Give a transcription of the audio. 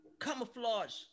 Camouflage